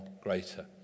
greater